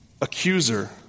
accuser